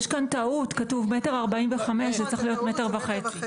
יש כאן טעות, כתוב 1.45, צריך להיות מטר וחצי.